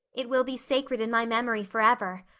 it will be sacred in my memory forever.